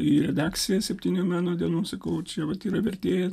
į redakciją septynių meno dienų sakau čia yra vertėja